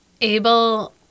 able